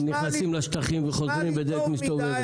נכנסים לשטחים וחוזרים בדלת מסתובבת.